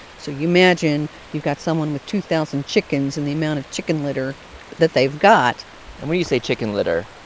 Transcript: so you imagine, you've got someone with two thousand chickens and the amount of chicken litter that they've got and when you say chicken litter,